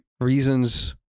reasons